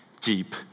deep